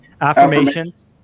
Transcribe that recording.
affirmations